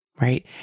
right